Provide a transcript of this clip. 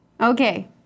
Okay